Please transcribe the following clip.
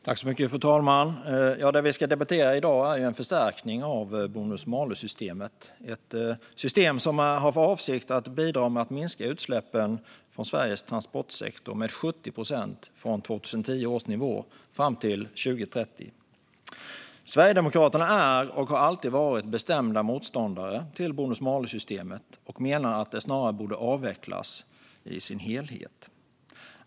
Fru talman! Det vi ska debattera i dag är en förstärkning av bonus-malus-systemet. Det är ett system som har för avsikt att bidra till att minska utsläppen från Sveriges transportsektor med 70 procent från 2010 års nivå till år 2030. Sverigedemokraterna är och har alltid varit bestämda motståndare till bonus-malus-systemet och menar att det snarare borde avvecklas i sin helhet.